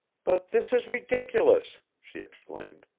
but this is ridiculous! she exclaimed.